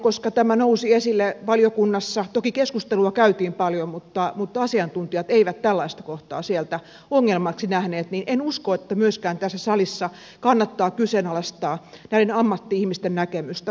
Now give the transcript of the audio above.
koska tämä nousi esille valiokunnassa toki keskustelua käytiin paljon mutta asiantuntijat eivät tällaista kohtaa sieltä ongelmaksi nähneet niin en usko että myöskään tässä salissa kannattaa kyseenalaistaa näiden ammatti ihmisten näkemystä